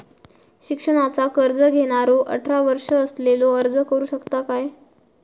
शिक्षणाचा कर्ज घेणारो अठरा वर्ष असलेलो अर्ज करू शकता काय?